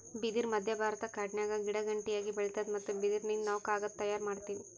ಬಿದಿರ್ ಮಧ್ಯಭಾರತದ ಕಾಡಿನ್ಯಾಗ ಗಿಡಗಂಟಿಯಾಗಿ ಬೆಳಿತಾದ್ ಮತ್ತ್ ಬಿದಿರಿನಿಂದ್ ನಾವ್ ಕಾಗದ್ ತಯಾರ್ ಮಾಡತೀವಿ